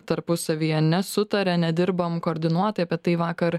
tarpusavyje nesutaria nedirbam koordinuotai apie tai vakar